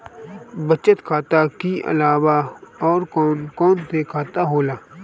बचत खाता कि अलावा और कौन कौन सा खाता होला?